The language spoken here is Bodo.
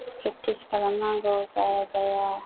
प्रेक्टिस खालामनांगौ जाया जाया